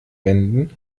wenden